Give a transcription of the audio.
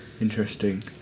interesting